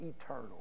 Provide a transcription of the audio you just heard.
eternal